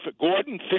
Gordon